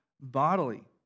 bodily